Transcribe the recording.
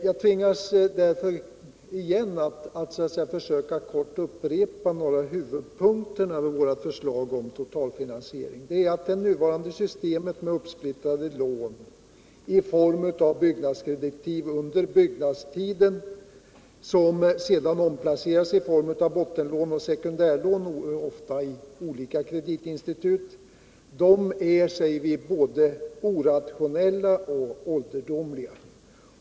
Jag tvingas därför att återigen upprepa några av huvudpunkterna i våra förslag om total finansiering. Det nuvarande systemet med splittrade lån i form av byggnadskreditiv under byggnadstiden som sedan omplaceras i bottenlån och sekundärlån — ofta i olika kreditinstitut — är, säger vi, både orationellt och ålderdomligt.